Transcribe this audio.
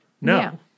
No